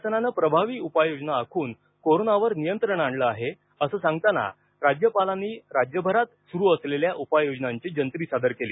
शासनानं प्रभावी उपायजोजना आखून कोरोनावर नियंत्रण आणलं आहे असं सांगताना राज्यपालांनी राज्यभरात सुरू असलेल्या उपाययोजनांची जंत्री सादर केली